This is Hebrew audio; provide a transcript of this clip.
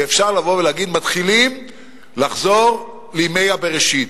ואפשר לבוא ולהגיד שמתחילים לחזור לימי הבראשית.